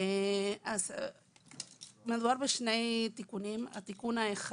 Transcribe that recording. מדובר בשני תיקונים: אחד,